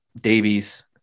Davies